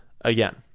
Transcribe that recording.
again